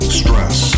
stress